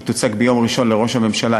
היא תוצג ביום ראשון לראש הממשלה,